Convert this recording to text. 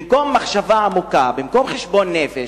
במקום מחשבה עמוקה, במקום חשבון נפש,